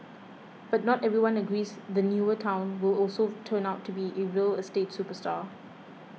but not everyone agrees the newer town will also turn out to be a real estate superstar